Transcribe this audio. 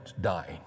dying